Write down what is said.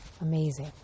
amazing